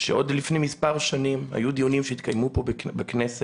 שכבר לפני מספר שנים היו דיונים שהתקיימו פה בכנסת.